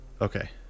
Okay